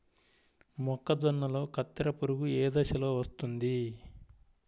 మొక్కజొన్నలో కత్తెర పురుగు ఏ దశలో వస్తుంది?